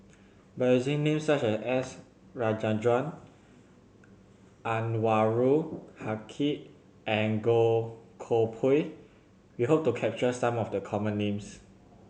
by using names such as S Rajendran Anwarul Haque and Goh Koh Pui we hope to capture some of the common names